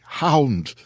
hound